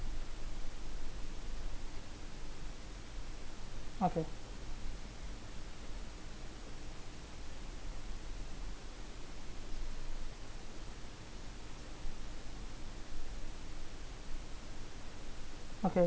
okay okay